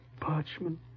parchment